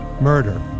Murder